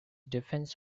defense